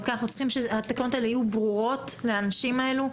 אנחנו צריכים שהתקנות האלה יהיו ברורות לאנשים האלה.